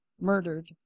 Murdered